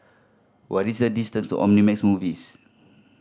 what is the distance Omnimax Movies